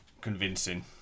convincing